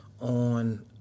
on